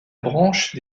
branche